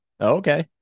Okay